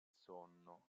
sonno